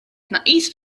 tnaqqis